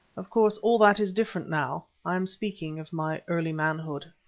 of course, all that is different now, i am speaking of my early manhood.